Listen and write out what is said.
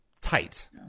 tight